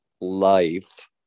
life